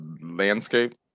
landscape